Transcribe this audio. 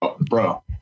Bro